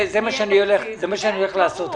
זה מה שאני הולך לעשות,